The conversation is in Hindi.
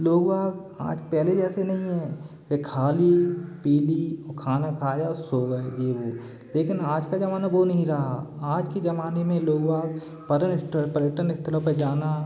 लोग आज पहले जैसे नहीं हैं की खाली पिली खाना खाया सो गए यह वह लेकिन आज का ज़माना वह नहीं रहा आज के ज़माने में लोग बाग परन इस्थल पर्यटन स्थलों पर जाना